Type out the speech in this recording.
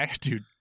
Dude